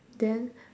then